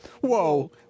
whoa